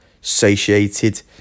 satiated